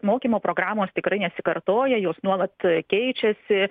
mokymo programos tikrai nesikartoja jos nuolat keičiasi